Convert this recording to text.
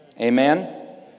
Amen